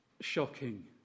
shocking